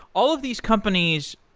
all of these companies,